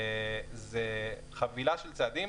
זה חבילה של צעדים,